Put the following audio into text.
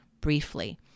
briefly